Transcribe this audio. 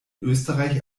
österreich